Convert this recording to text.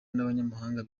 n’abanyamahanga